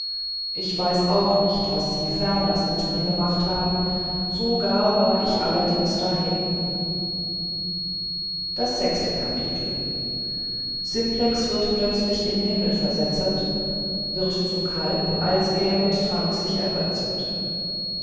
ich weiß auch nicht was sie ferners mit mir gemacht haben so gar war ich allerdings dahin das sechste kapitel simplex wird plötzlich in himmel versetzet wird zum kalb als er mit trank sich ergötzet